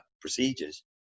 procedures